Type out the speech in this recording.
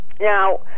Now